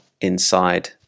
inside